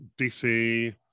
dc